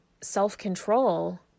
self-control